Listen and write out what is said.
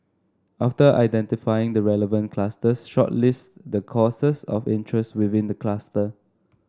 after identifying the relevant clusters shortlist the courses of interest within the cluster